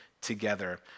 together